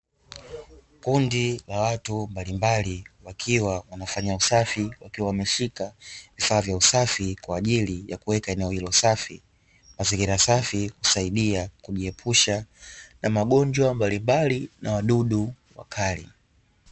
Kundi la watu mbalimbali wakiwa wanafanya usafi wakiwa wameshika vifaa vya usafi kwa ajili ya kuweka eneo hilo safi, mazingira safi husaidia kujiepusha na magonjwa mbalimbali na wadudu wakali.